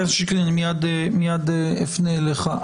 חבר הכנסת שיקלי, מיד אפנה אליך.